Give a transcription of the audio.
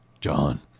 john